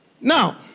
now